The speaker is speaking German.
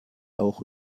auch